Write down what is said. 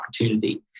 opportunity